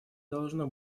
должно